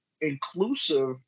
inclusive